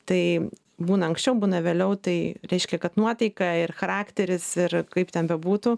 tai būna anksčiau būna vėliau tai reiškia kad nuotaika ir charakteris ir kaip ten bebūtų